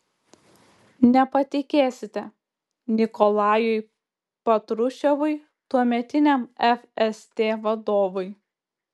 nepatikėsite nikolajui patruševui tuometiniam fst vadovui